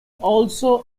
also